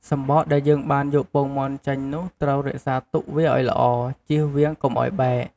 សំបកដែលយើងបានយកពងមាន់ចេញនោះត្រូវរក្សាទុកវាឱ្យល្អ ជៀសវាងកុំឱ្យបែក។